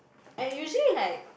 and usually like